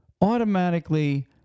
automatically